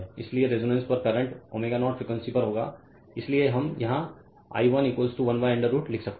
इसलिए रेजोनेंस पर current ω0 frequency पर होगा इसलिए हम यहाँ I 1 1 √ 2 लिख सकते हैं